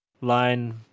line